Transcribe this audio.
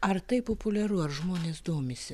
ar tai populiaru ar žmonės domisi